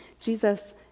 Jesus